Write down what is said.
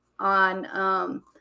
on